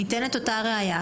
ניתנת אותה ראיה?